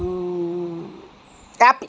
copy